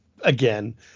again